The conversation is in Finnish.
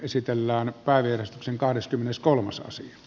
tuen lämpimästi hanketta